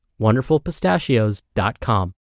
wonderfulpistachios.com